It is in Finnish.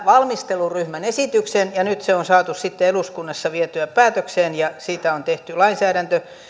valmisteluryhmän esityksen ja nyt se on saatu sitten eduskunnassa vietyä päätökseen ja siitä on tehty lainsäädäntö